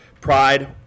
pride